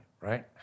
right